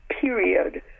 period